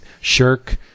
shirk